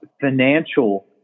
financial